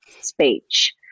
speech